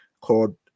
called